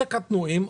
וקטנועים,